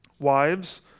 Wives